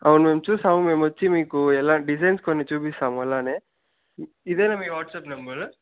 అవును మేము చూసాము మేము వచ్చి మీకు ఎలా డిజైన్స్ కొన్ని చూపిస్తాము అలానే ఇదేనా మీ వాట్సప్ నెంబరు